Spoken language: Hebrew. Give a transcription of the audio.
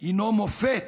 הוא מופת